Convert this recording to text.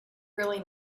really